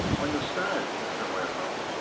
i must add, however,